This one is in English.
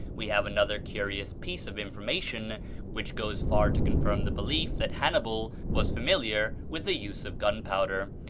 we have another curious piece of information which goes far to confirm the belief that hannibal was familiar with the use of gunpowder.